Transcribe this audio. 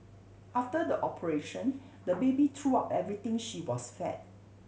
after the operation the baby threw up everything she was fed